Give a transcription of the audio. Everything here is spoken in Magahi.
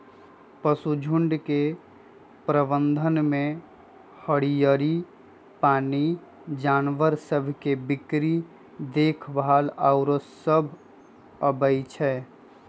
पशुझुण्ड के प्रबंधन में हरियरी, पानी, जानवर सभ के बीक्री देखभाल आउरो सभ अबइ छै